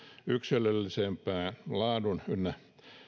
yksilöllisempään laadun ynnä